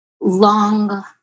long